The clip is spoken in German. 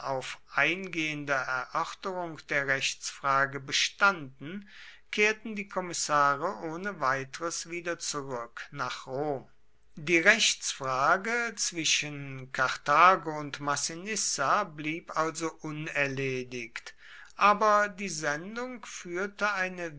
eingehender erörterung der rechtsfrage bestanden kehrten die kommissare ohne weiteres wieder zurück nach rom die rechtsfrage zwischen karthago und massinissa blieb also unerledigt aber die sendung führte eine